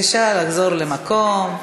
בבקשה לחזור למקום.